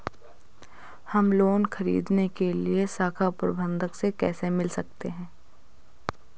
हम लोन ख़रीदने के लिए शाखा प्रबंधक से कैसे मिल सकते हैं?